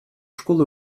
школ